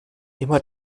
immer